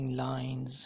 lines